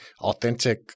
authentic